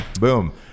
Boom